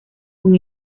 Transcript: con